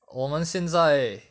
我们现在